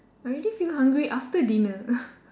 I already feel hungry after dinner